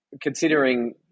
considering